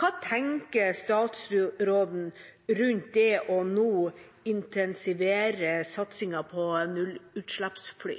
Hva tenker statsråden rundt det å intensivere satsingen på nullutslippsfly